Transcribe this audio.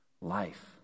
life